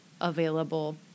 available